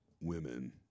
Women